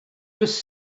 was